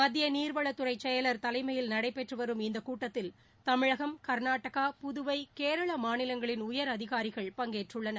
மத்திய நீர்வளத்துறை செயல் தலைமையில் நடைபெற்று வரும் இந்த கூட்டத்தில் தமிழகம் கர்நாடகா புதுவை கேரள மாநிலங்களின் உயரதிகாரிகள் பங்கேற்றுள்ளனர்